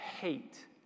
hate